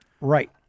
Right